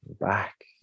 back